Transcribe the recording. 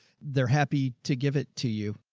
they're happy to give it to you.